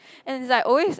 and like always